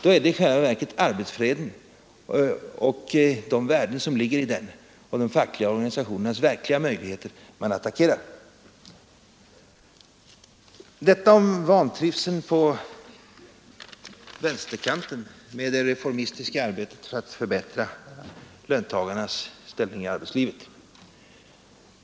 Då är det i själva verket arbetsfreden och de värden som ligger i den samt de fackliga organisationernas möjligheter att komma framåt via förhandlingar som man attackerar. Detta om den vantrivsel man på vänsterkanten känner för det reformistiska arbetet att förbättra löntagarnas ställning i arbetslivet.